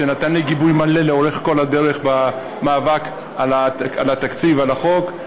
שנתן לי גיבוי מלא לאורך כל הדרך במאבק על התקציב ועל החוק,